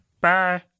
Bye